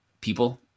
people